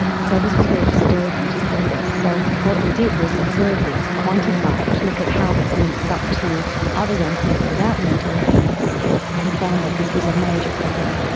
so this was very disturbing to see this, so what we did was observe this, quantify it, look at how this links up to other young people without mental illness and found that this was a major problem.